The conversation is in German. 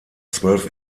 zwölf